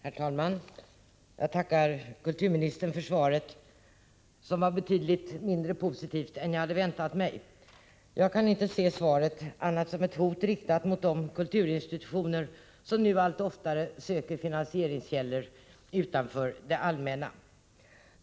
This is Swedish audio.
Herr talman! Jag tackar kulturministern för svaret, som var betydligt mindre positivt än jag hade väntat mig. Jag kan inte se svaret annat än som ett hot riktat mot de kulturinstitutioner som nu allt oftare söker finansieringskällor utanför det allmänna.